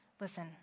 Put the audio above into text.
listen